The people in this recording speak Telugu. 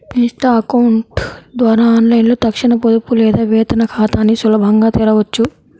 ఇన్స్టా అకౌంట్ ద్వారా ఆన్లైన్లో తక్షణ పొదుపు లేదా వేతన ఖాతాని సులభంగా తెరవొచ్చు